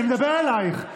אני מדבר אלייך.